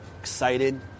excited